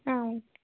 ஆ okay